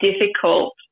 difficult